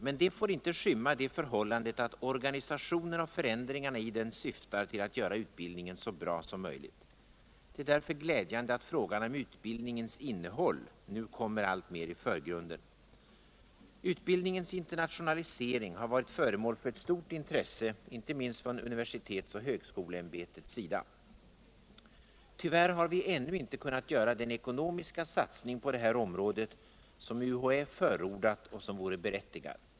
Det får emellertid inte skymma det förhållandet avt organisationen och förändringarna i den syftar tull att göra utbildningen så bra som möjligt. Det är därför glädjande ati frågan om utbildningens innehåll nu kommer alltmer i förgrunden. Utbildningens internationalisering har varit föremål för ett stort intresse inte minst från universitets och högskoleämbetets sida. Tyvärr har vi ännu inte kunnat göra den ekonomiska satsning på det här området som UHÄ förordat och som vore berättigad.